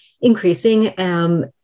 increasing